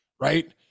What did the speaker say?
right